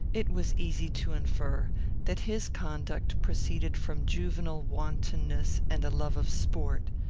it was easy to infer that his conduct proceeded from juvenile wantonness and a love of sport.